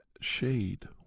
shade